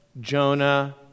Jonah